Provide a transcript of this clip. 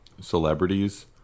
celebrities